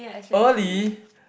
early